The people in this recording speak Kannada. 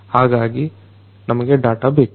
ಹಾಗಾಗಿ ನಮಗೆ ಡಾಟ ಬೇಕು